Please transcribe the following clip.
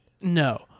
No